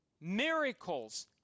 miracles